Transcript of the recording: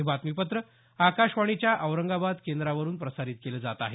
हे बातमीपत्र आकाशवाणीच्या औरंगाबाद केंद्रावरून प्रसारित केलं जात आहे